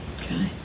Okay